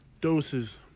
Doses